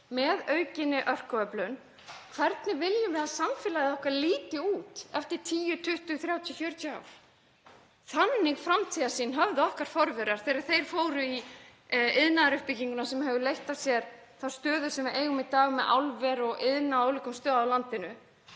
með aukinni orkuöflun. Hvernig viljum við að samfélagið okkar líti út eftir 10, 20, 30 eða 40 ár? Þannig framtíðarsýn höfðu okkar forverar þegar þeir fóru í iðnaðaruppbygginguna sem hefur leitt af sér þá stöðu sem við eigum í í dag með álver og iðnað á ólíkum stöðum á landinu.